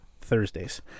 Thursdays